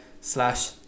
slash